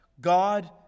God